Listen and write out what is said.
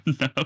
no